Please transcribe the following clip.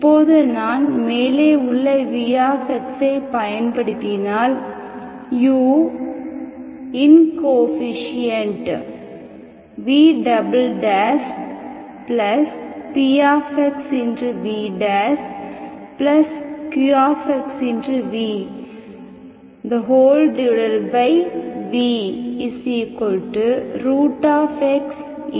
இப்போது நான் மேலே உள்ள v ஐப் பயன்படுத்தினால் u இன்கோஎஃபீஷியேன்ட்vpxvqvvx34x 52 12x